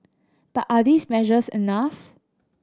but are these measures enough